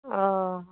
ᱚᱻ